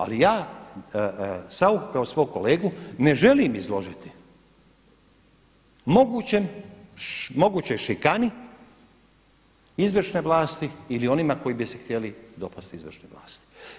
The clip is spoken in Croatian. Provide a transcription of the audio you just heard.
Ali ja Sauchu kao svog kolegu ne želim izložiti mogućoj šikani izvršne vlasti ili onima koji bi se htjeli dopasti izvršnoj vlasti.